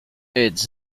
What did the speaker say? its